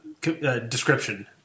description